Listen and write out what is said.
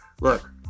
look